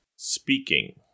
Speaking